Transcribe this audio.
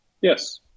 Yes